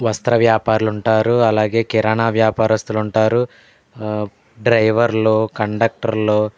వస్త్ర వ్యాపారులుంటారు అలాగే కిరాణా వ్యాపారస్తులు ఉంటారు డ్రైవర్లు కండక్టర్లు